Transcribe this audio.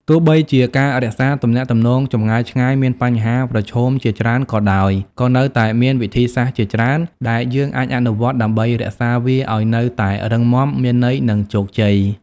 ទោះបីជាការរក្សាទំនាក់ទំនងចម្ងាយឆ្ងាយមានបញ្ហាប្រឈមជាច្រើនក៏ដោយ ក៏នៅតែមានវិធីសាស្រ្តជាច្រើនដែលយើងអាចអនុវត្តដើម្បីរក្សាវាឱ្យនៅតែរឹងមាំ មានន័យ និងជោគជ័យ។